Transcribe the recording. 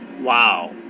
Wow